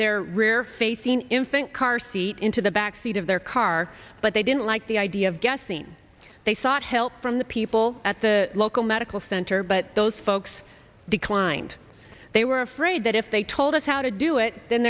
their rear facing him think car seat into the back seat of their car but they didn't like the idea of guessing they sought help from the people at the local medical center but those folks declined they were afraid that if they told us how to do it then